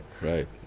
right